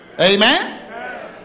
amen